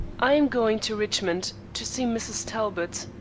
i am going to richmond to see mrs. talbot.